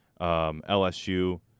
LSU